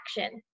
action